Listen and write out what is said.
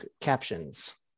captions